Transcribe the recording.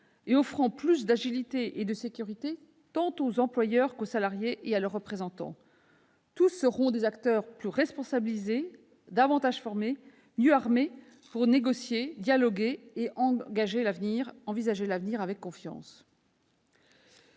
offrant plus d'agilité et de sécurité tant aux employeurs qu'aux salariés et à leurs représentants. Tous seront des acteurs responsabilisés, davantage formés et mieux armés pour négocier, dialoguer et envisager l'avenir avec confiance.